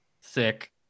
Sick